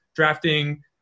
drafting